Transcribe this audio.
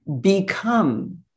become